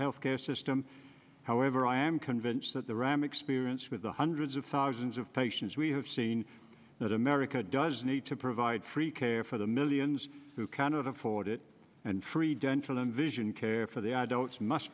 health care system however i am convinced that the ram experience with the hundreds of thousands of patients we have seen that america does need to provide free care for the millions who cannot afford it and free dental and vision care for the